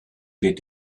wird